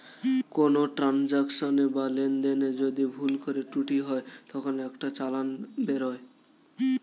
কোনো ট্রান্সাকশনে বা লেনদেনে যদি ভুল করে ত্রুটি হয় তখন একটা চালান বেরোয়